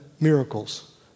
miracles